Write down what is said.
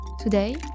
Today